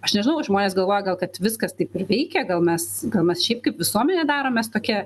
aš nežinau žmonės galvoja gal kad viskas taip ir veikia gal mes gal mes šiaip kaip visuomenė daromės tokia